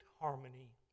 harmony